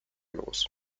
los